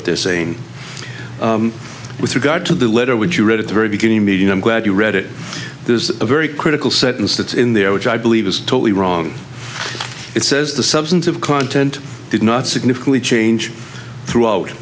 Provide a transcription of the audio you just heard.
what they're saying with regard to the letter would you read it the very beginning mean i'm glad you read it there's a very critical sentence that's in there which i believe is totally wrong it says the substantive content did not significantly change throughout